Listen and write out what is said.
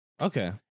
Okay